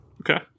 Okay